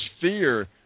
fear